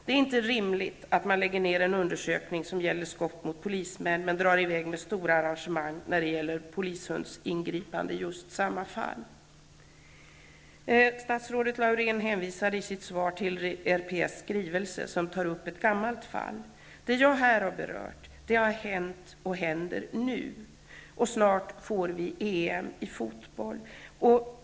Det är inte rimligt att man lägger ner en undersökning som gäller skott mot polismän men drar i väg med stora arrangemang när det gäller ingripande med polishund i just samma fall. Statsrådet Laurén hänvisar i sitt svar till rikspolisstyrelsens skrivelse, som tar upp ett gammalt fall. Det jag här har berört har hänt och händer nu, och snart får vi EM i fotboll.